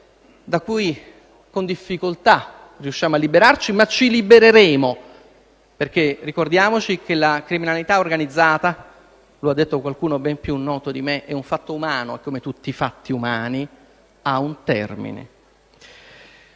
da cui con difficoltà riusciamo a liberarci, ma ci libereremo. Ricordiamoci infatti che la criminalità organizzata - lo ha detto qualcuno ben più noto di me - è un fatto umano e, come tutti i fatti umani, ha un termine.